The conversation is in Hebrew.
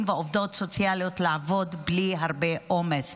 והעובדות הסוציאליים לעבוד בלי הרבה עומס.